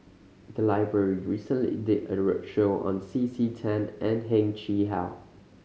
the library recently did a roadshow on C C Tan and Heng Chee How